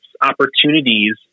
opportunities